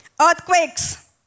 Earthquakes